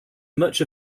much